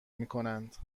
میکنند